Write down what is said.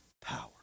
power